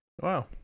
wow